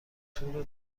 تور